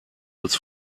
als